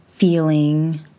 feeling